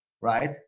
right